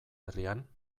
herrian